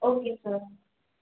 okay sir